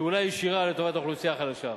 בפעולה ישירה לטובת האוכלוסייה החלשה.